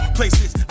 Places